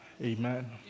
Amen